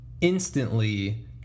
instantly